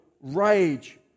rage